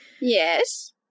yes